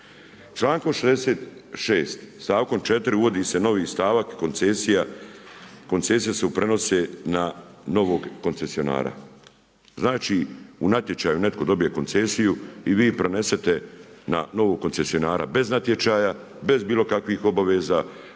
Člankom 66. stavkom 4. uvodi se novi stavak koncesija, koncesije se prenose na novog koncensionara. Znači u natječaju netko dobije koncesiju i vi prenesete na novog koncesionara bez natječaja, bez bilo kakvih obaveza,